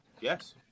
Yes